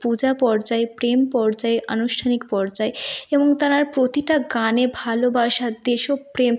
পূজা পর্যায় প্রেম পর্যায় আনুষ্ঠানিক পর্যায় এবং তার প্রতিটা গানে ভালোবাসা দেশপ্রেম